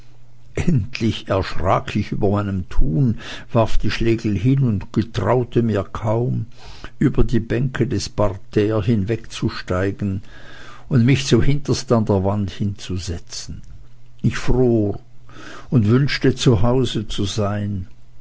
endlich erschrak ich über meinem tun warf die schlegel hin und getraute mir kaum über die bänke des parterre hinwegzusteigen und mich zuhinterst an der wand hinzusetzen ich fror und wünschte zu hause zu sein